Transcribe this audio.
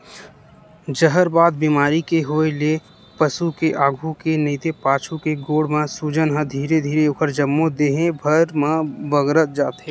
जहरबाद बेमारी के होय ले पसु के आघू के नइते पाछू के गोड़ म सूजन ह धीरे धीरे ओखर जम्मो देहे भर म बगरत जाथे